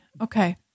Okay